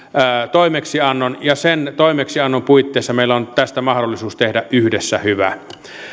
toimeksiannon ja sen toimeksiannon puitteissa meillä on nyt tästä mahdollisuus tehdä yhdessä hyvä